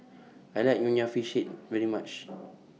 I like Nonya Fish Head very much